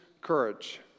courage